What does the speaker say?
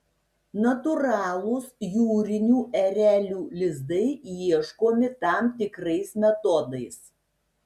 natūralūs jūrinių erelių lizdai ieškomi tam tikrais metodais